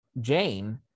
jane